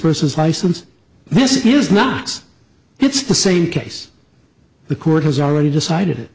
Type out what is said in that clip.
versus license this is not it's the same case the court has already decided